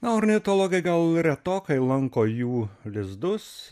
na ornitologai gal retokai lanko jų lizdus